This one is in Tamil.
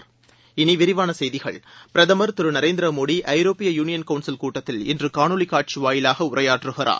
இனி விரிவான செய்திகள் பிரதம் திரு நரேந்திர மோடி ஐரோப்பிய யூனியன் கவுன்சில் கூட்டத்தில் இன்று காணொலி காட்சி வாயிலாக உரையாற்றுகிறார்